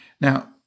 Now